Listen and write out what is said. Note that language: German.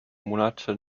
monate